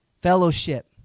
Fellowship